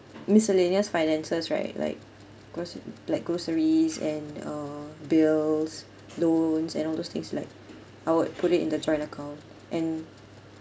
miscellaneous finances right like groce~ like groceries and uh bills loans and all those things like I would put it in the joint account and